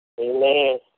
Amen